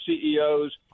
CEOs